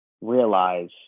realize